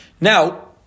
Now